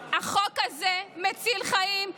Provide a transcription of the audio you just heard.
החוק הזה מציל חיים.